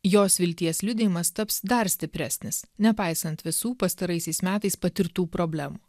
jos vilties liudijimas taps dar stipresnis nepaisant visų pastaraisiais metais patirtų problemų